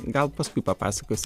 gal paskui papasakosiu